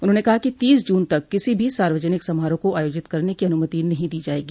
उन्होंने कहा कि तीस जून तक किसी भी सार्वजनिक समारोह को आयोजित करने की अनुमति नहीं दी जायेगी